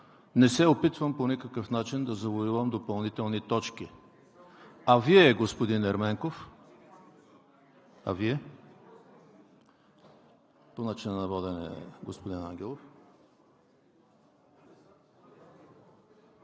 Не се опитвам по никакъв начин да завоювам допълнителни точки. А Вие, господин Ерменков, а Вие? По начина на водене – господин Ангелов.